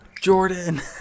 Jordan